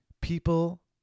People